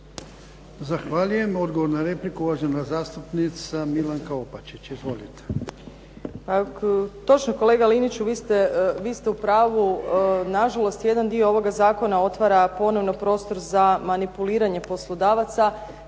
Zahvaljujem. Odgovor na repliku, uvažena zastupnica Milanka Opačić. Izvolite.